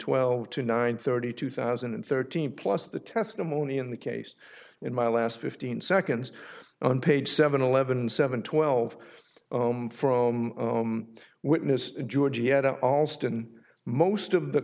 twelve to nine thirty two thousand and thirteen plus the testimony in the case in my last fifteen seconds on page seven eleven seven twelve from witness georgianna alston most of the